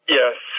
yes